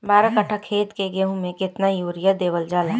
बारह कट्ठा खेत के गेहूं में केतना यूरिया देवल जा?